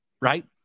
right